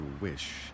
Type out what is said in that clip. wish